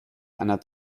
einer